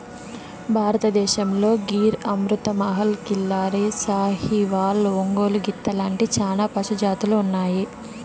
భారతదేశంలో గిర్, అమృత్ మహల్, కిల్లారి, సాహివాల్, ఒంగోలు గిత్త లాంటి చానా పశు జాతులు ఉన్నాయి